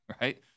right